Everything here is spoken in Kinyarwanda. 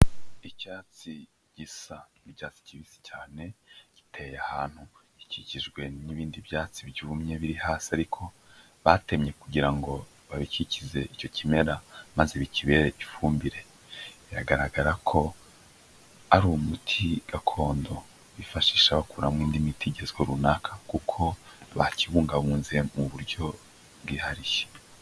Icyatsi gisa n'icyatsi kibisi cyane, giteye ahantu gikikijwe n'ibindi byatsi byumye biri hasi ariko batemye kugira ngo babikikize icyo kimera maze bikibere ifumbire, biragaragara ko ari umuti gakondo bifashisha bakoramo indi miti igezweho runaka kuko bakibungabunze mu buryo bwihariye.